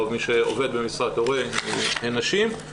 הרוב שעובד במשרת הורה הוא נשים.